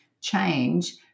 change